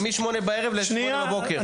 מ-8:00 בערב עד למוחרת בבוקר?